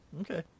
Okay